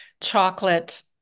chocolate